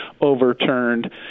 overturned